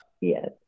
Yes